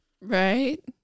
right